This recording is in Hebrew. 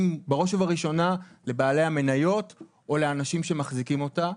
בראש ובראשונה לבעלי המניות או לאנשים שמחזיקים אותה,